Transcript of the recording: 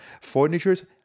furnitures